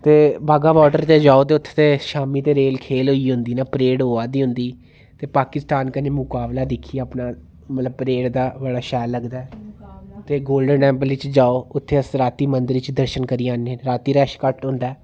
ते बाघा बार्डर ते जाओ ते उत्थै ते शामी ते रेल खेल होई जंदी ना परेड होआ दी हुंदी ते पाकिस्तान कन्न मुकाबला दिक्खिये अपना मतलब परेड दा बड़ा शैल लगदा ते गोल्डन टैम्पल च जाओ उत्थै अस रातीं मंदिर च दर्शन करियै औन्ने रातीं रश घट्ट होंदा